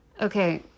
Okay